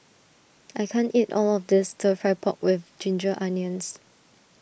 I can't eat all of this Stir Fry Pork with Ginger Onions